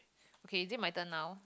okay is it my turn now